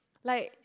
like